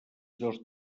dos